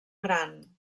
gran